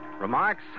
Remarks